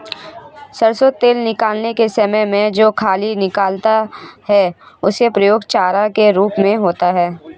सरसों तेल निकालने के समय में जो खली निकलता है उसका प्रयोग चारा के रूप में होता है